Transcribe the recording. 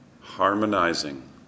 harmonizing